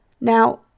Now